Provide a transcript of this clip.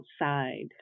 outside